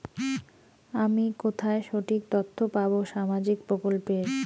আমি কোথায় সঠিক তথ্য পাবো সামাজিক প্রকল্পের?